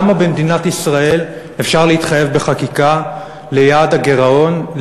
למה במדינת ישראל אפשר להתחייב בחקיקה ליעד הגירעון,